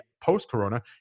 post-corona